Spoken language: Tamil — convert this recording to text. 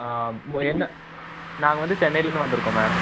ஆ என்ன நாங்கள் வந்து சென்னைலேருந்து வந்திருக்கோம் மேம்